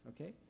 okay